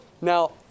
Now